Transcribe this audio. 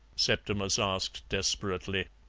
septimus asked desperately.